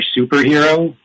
superhero